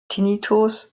tinnitus